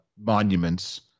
monuments